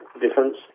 difference